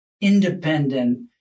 independent